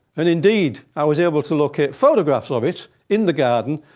and indeed, i was able to look at photographs of it in the garden,